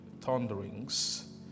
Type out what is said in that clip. thunderings